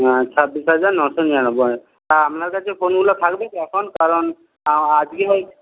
হ্যাঁ ছাব্বিশ হাজার নশো নিরানব্বই আর আপনার কাছে ফোনগুলো থাকবে কি এখন কারণ আজকে